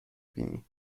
بینی